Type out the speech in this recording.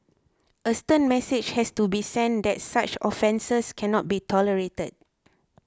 a stern message has to be sent that such offences cannot be tolerated